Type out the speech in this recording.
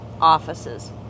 offices